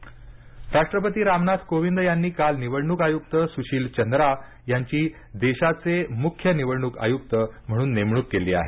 निवडणुक आयुक्त राष्ट्रपती रामनाथ कोविंद यांनी काल निवडणूक आयुक्त सुशील चंद्रा यांची देशाचे मुख्य निवडणूक आयुक्त म्हणून नेमणूक केली आहे